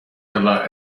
teller